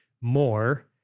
more